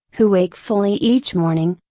who wake fully each morning,